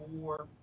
four